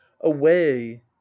away